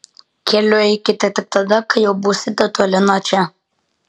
keliu eikite tik tada kai jau būsite toli nuo čia